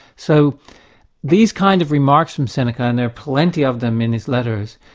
so these kind of remarks from seneca, and there are plenty of them in his letters,